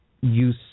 use